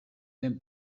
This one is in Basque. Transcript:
den